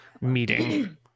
meeting